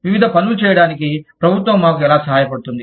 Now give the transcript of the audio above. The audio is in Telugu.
వివిధ పనులు చేయడానికి ప్రభుత్వం మాకు ఎలా సహాయపడుతుంది